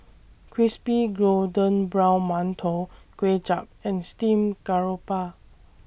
Crispy Golden Brown mantou Kuay Chap and Steamed Garoupa